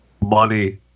money